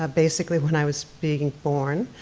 ah basically when i was being born,